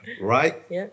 right